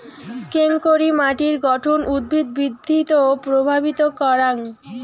কেঙকরি মাটির গঠন উদ্ভিদ বৃদ্ধিত প্রভাবিত করাং?